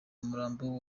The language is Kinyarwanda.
umurambo